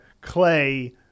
clay